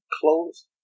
close